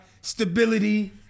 stability